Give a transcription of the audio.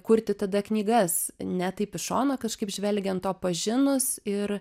kurti tada knygas ne taip iš šono kažkaip žvelgiant o pažinus ir